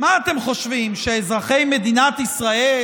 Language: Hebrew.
מה אתם חושבים, שאזרחי מדינת ישראל